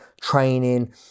training